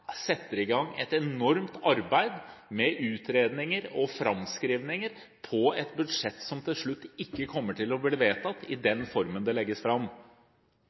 setter i gang et enormt arbeid med utredninger og framskrivninger på et budsjett som til slutt ikke kommer til å bli vedtatt i den formen det legges fram.